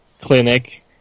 clinic